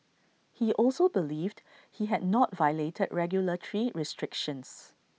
he also believed he had not violated regulatory restrictions